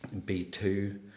B2